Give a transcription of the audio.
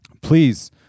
please